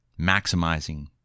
maximizing